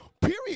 period